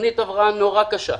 תוכנית הבראה נורא קשה.